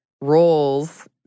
roles